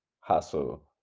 hassle